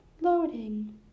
Loading